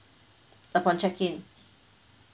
upon check in